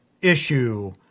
issue